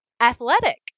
Athletic